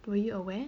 were you aware